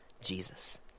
Jesus